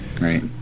right